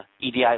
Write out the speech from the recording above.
EDI